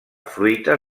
fruita